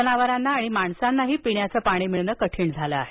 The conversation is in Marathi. जनावरांना आणि माणसांनाही पिण्याचं पाणी मिळणं अवघड झालं आहे